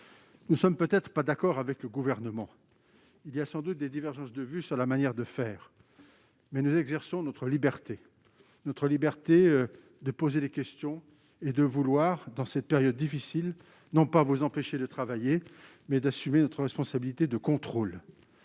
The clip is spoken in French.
Nous ne sommes peut-être pas d'accord avec le Gouvernement, il y a sans doute des divergences de vues sur la manière de faire, mais nous exerçons notre liberté, notre liberté de poser des questions. Nous voulons, dans cette période difficile, non pas vous empêcher de travailler, mais seulement assumer notre responsabilité de contrôle.